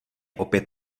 opět